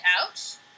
out